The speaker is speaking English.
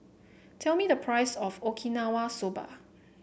tell me the price of Okinawa Soba